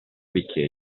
bicchieri